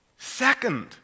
Second